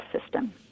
system